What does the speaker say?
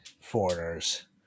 foreigners